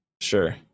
Sure